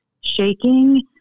shaking